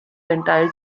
entire